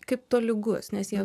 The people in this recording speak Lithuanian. kaip tolygus nes jie